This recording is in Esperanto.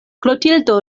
klotildo